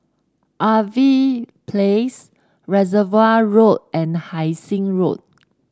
Irving Place Reservoir Road and Hai Sing Road